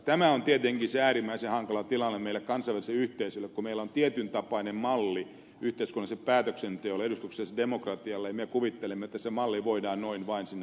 tämä on tietenkin äärimmäisen hankala tilanne meille kansainväliselle yhteisölle kun meillä on tietyn tapainen malli yhteiskunnalliselle päätöksenteolle edustukselliselle demokratialle ja me kuvittelemme että se malli voidaan noin vain sinne aikaansaada